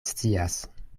scias